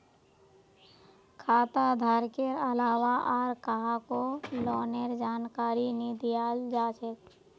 खाता धारकेर अलावा आर काहको लोनेर जानकारी नी दियाल जा छे